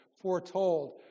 foretold